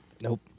Nope